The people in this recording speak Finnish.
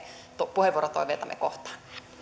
puheenvuorotoiveita kohtaan